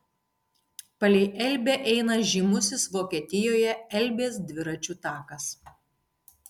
palei elbę eina žymusis vokietijoje elbės dviračių takas